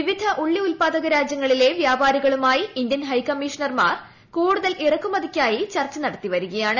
വിവിധ ഉള്ളി ഉല്പാദക രാജ്യങ്ങളിലെ വ്യാപാരികളുമായി ഇന്ത്യൻ ഹൈകമ്മീഷണർമാർ കൂടുതൽ ഇറക്കുമതിക്കായി ചർച്ച നടത്തിവരികയാണ്